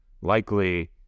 Likely